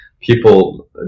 people